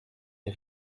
der